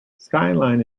skyline